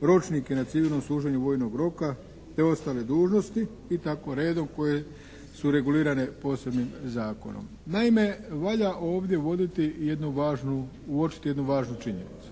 ročnike na civilnom služenju vojnog roka te ostale dužnosti i tako redom koje su regulirane posebnim zakonom. Naime, valjda ovdje uočiti jednu važnu činjenicu.